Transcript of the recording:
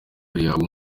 rihabwa